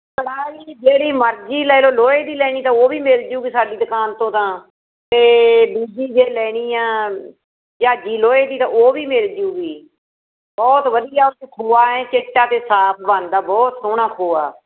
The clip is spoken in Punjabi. ਕੜਾਹੀ ਜਿਹੜੀ ਮਰਜ਼ੀ ਲੈ ਲਓ ਲੋਹੇ ਦੀ ਲੈਣੀ ਤਾਂ ਉਹ ਵੀ ਮਿਲ ਜਾਊਗੀ ਸਾਡੀ ਦੁਕਾਨ ਤੋਂ ਤਾਂ ਅਤੇ ਦੂਜੀ ਜੇ ਲੈਣੀ ਆ ਜਾਂ ਜੀ ਲੋਹੇ ਦੀ ਤਾਂ ਉਹ ਵੀ ਮਿਲ ਜੂਗੀ ਬਹੁਤ ਵਧੀਆ ਉਹ 'ਚ ਖੋਆ ਐਨ ਚਿੱਟਾ 'ਤੇ ਸਾਫ਼ ਬਣਦਾ ਬਹੁਤ ਸੋਹਣਾ ਖੋਆ